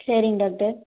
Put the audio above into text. சரிங்க டாக்டர்